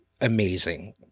amazing